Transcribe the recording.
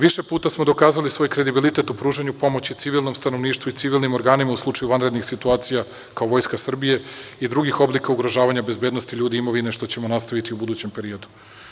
Više puta smo dokazali svoj kredibilitet u pružanju pomoći civilnom stanovništvu i civilnim organima u slučaju vanrednih situacija kao Vojska Srbije i drugih oblika ugrožavanja bezbednosti ljudi imovine, što ćemo nastaviti u budućem periodu.